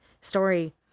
story